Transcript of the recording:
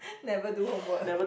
never do homework